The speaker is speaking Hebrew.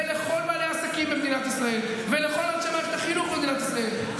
ולכל בעלי העסקים במדינת ישראל ולכל אנשי מערכת החינוך במדינת ישראל.